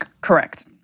Correct